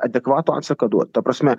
adekvatų atsaką duot ta prasme